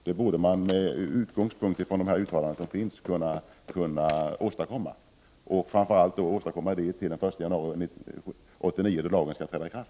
Det borde med man utgångspunkt i de uttalanden som gjorts kunna åstadkomma till den 1 januari 1989, då lagen skall träda i kraft.